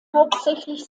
hauptsächlich